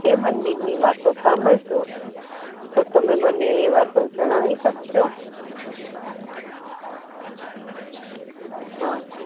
એ મંદિરની વાતો સાંભળજો તો તમે મને એ વાતો જણાવી શકશો હં